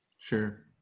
Sure